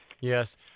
Yes